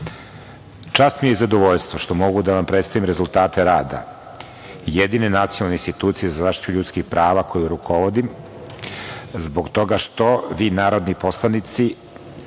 mi je i zadovoljstvo što mogu da vam predstavim rezultate rada jedine nacionalne institucije za zaštitu ljudskih prava kojoj rukovodim, zbog toga što vi narodni poslanici,